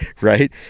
Right